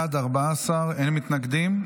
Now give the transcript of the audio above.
בעד, 14, אין מתנגדים.